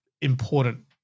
important